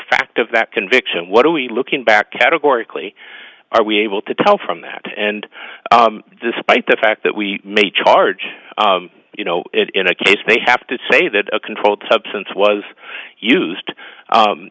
fact of that conviction what are we looking back categorically are we able to tell from that and despite the fact that we may charge you know it in a case they have to say that a controlled substance was used